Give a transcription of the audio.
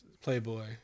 playboy